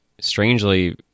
strangely